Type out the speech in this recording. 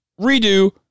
redo